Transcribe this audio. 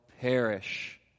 perish